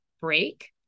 break